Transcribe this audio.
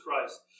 Christ